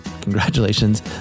Congratulations